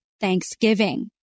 thanksgiving